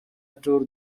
tour